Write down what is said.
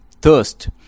thirst